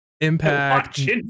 impact